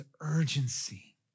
urgency